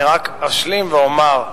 אני רק אשלים ואומר,